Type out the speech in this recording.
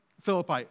Philippi